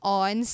on